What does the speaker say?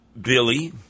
Billy